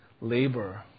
labor